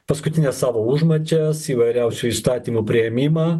paskutines savo užmačias įvairiausių įstatymų priėmimą